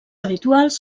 habituals